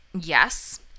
Yes